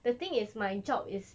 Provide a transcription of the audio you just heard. the thing is my job is